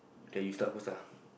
okay you start first ah